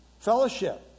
fellowship